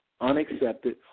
unaccepted